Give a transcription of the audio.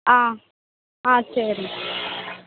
ஆ ஆ சரிம்மா